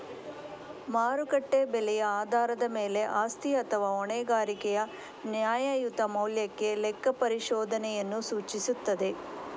ಮಾರುಕಟ್ಟೆ ಬೆಲೆಯ ಆಧಾರದ ಮೇಲೆ ಆಸ್ತಿ ಅಥವಾ ಹೊಣೆಗಾರಿಕೆಯ ನ್ಯಾಯಯುತ ಮೌಲ್ಯಕ್ಕೆ ಲೆಕ್ಕಪರಿಶೋಧನೆಯನ್ನು ಸೂಚಿಸುತ್ತದೆ